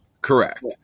Correct